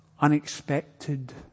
unexpected